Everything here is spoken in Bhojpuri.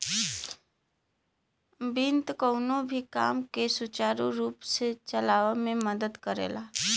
वित्त कउनो भी काम के सुचारू रूप से चलावे में मदद करला